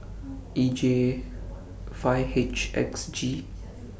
E J five H X G